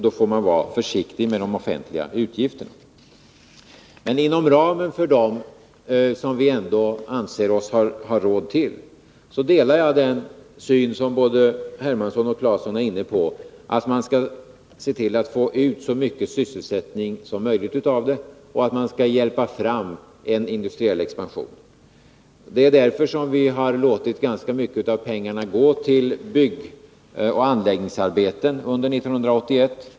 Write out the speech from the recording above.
Då får man vara försiktig med de offentliga utgifterna. Men inom ramen för vad vi anser oss ha råd med delar jag den syn som både herr Hermansson och herr Claeson var inne på, nämligen att man skall se till att få ut så mycket sysselsättning som möjligt och att man skall hjälpa fram en industriell expansion. Därför har vi också under 1981 låtit ganska mycket pengar gå till byggoch anläggningsarbeten.